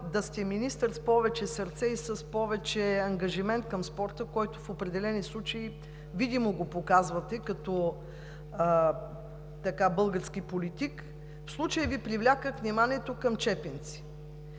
да сте министър с повече сърце и с повече ангажимент към спорта, коeто в определени случаи видимо го показвате като български политик. В случая Ви привлякох вниманието към Чепинци.